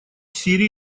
сирии